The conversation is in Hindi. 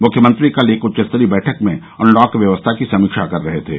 मुख्यमत्री कल एक उच्चस्तरीय बैठक में अँनलाक व्यवस्था की समीक्षा कर रहे थे